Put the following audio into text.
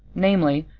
namely,